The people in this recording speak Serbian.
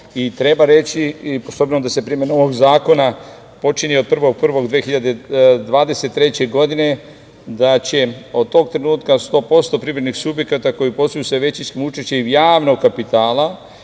treba reći, s obzirom da se sa primenom ovog zakona počinje od 1. januara 2023. godine da će od tog trenutka 100% privrednih subjekata koji posluju sa većinskim učešćem javnog kapitala,